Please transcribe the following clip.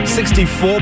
64%